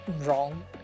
wrong